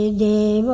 the